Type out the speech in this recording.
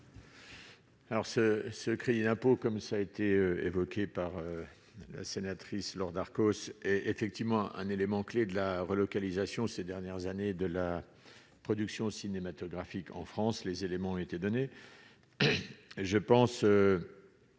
Alors ce ce crédit d'impôt, comme ça a été évoqué par la sénatrice Laure Darcos est effectivement un élément clé de la relocalisation ces dernières années de la production cinématographique en France les éléments ont été donnés, je pense,